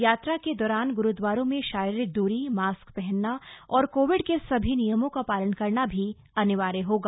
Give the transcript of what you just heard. यात्रा के दौरान ग्रूदवारों में शारीरिक द्री मास्क पहनना और कोविड के सभी नियमों का पालन करना भी अनिवार्य होगा